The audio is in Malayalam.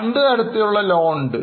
രണ്ടു തരത്തിലുള്ള ലോൺ ഉണ്ട്